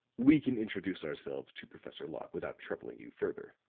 we can introduce ourselves to professor locke without troubling you further.